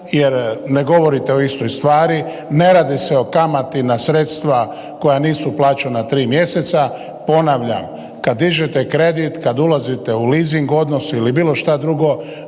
jer ne govorite o istoj stvari, ne radi se o kamati na sredstva koja nisu plaćena 3 mjeseca. Ponavljam, kad dižete kredit, kad ulazite u leasing odnos ili bilo šta drugo